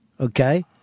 Okay